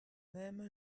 même